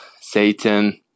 Satan